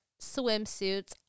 swimsuits